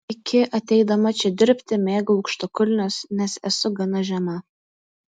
iki ateidama čia dirbti mėgau aukštakulnius nes esu gana žema